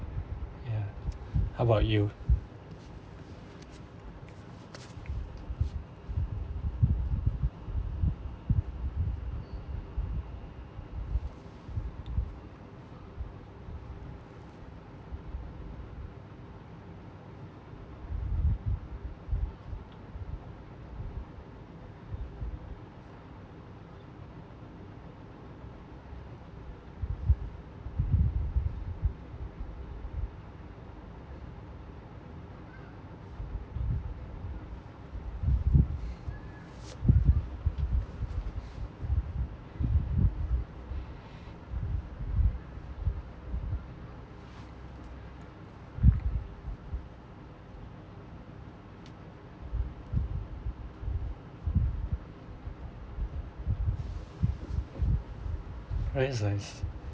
ya how about you oh that's nice